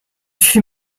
fut